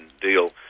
deal